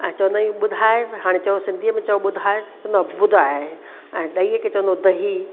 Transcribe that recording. ऐं चवंदा आहियूं ॿुधाए हाणे चओ सिंधीअ में चओ ॿुधाए चवंदो ॿुधाए ऐं ॾहीअ खे चवंदो दही